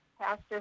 pastor